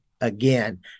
again